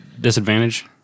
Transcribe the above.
disadvantage